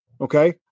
okay